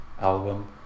album